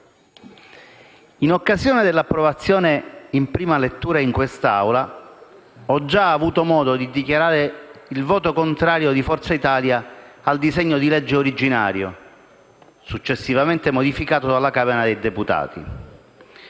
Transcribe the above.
In occasione dell'approvazione in prima lettura in quest'Aula, ho avuto modo di dichiarare il voto contrario di Forza Italia al disegno di legge originario, successivamente modificato dalla Camera dei deputati.